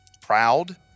proud